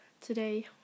Today